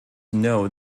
know